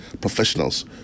professionals